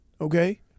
Okay